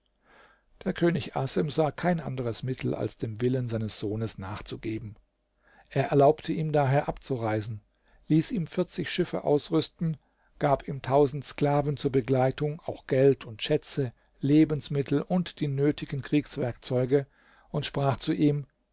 der könig assem sah kein anderes mittel als dem willen seines sohnes nachzugeben er erlaubte ihm daher abzureisen ließ ihm vierzig schiffe ausrüsten gab ihm tausend sklaven zur begleitung auch geld und schätze lebensmittel und die nötigen kriegswerkzeuge und sprach zu ihm